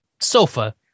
sofa